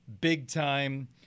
big-time